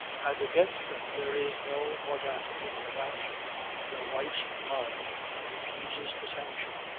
as against them there is no audacity of action your wife's mind refuses to sanction.